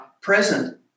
present